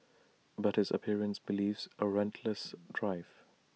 but his appearance belies A relentless drive